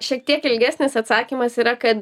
šiek tiek ilgesnis atsakymas yra kad